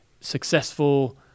successful